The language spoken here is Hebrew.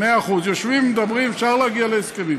מאה אחוז, יושבים, מדברים, אפשר להגיע להסכמים.